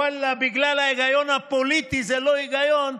ואללה, בגלל ההיגיון הפוליטי, זה לא היגיון.